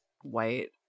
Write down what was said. white